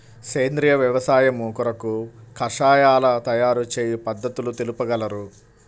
సేంద్రియ వ్యవసాయము కొరకు కషాయాల తయారు చేయు పద్ధతులు తెలుపగలరు?